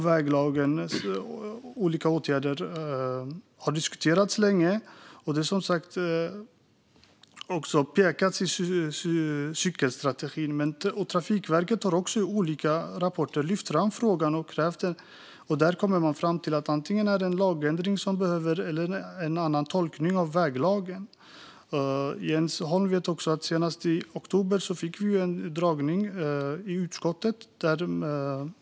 Väglagens olika åtgärder har diskuterats länge, och det har också pekats på cykelstrategin. Trafikverket har också i olika rapporter lyft fram frågan och kommit fram till att lagen antingen behöver ändras eller tolkas annorlunda. Som Jens Holm vet fick vi så sent som i oktober en dragning i utskottet.